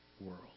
world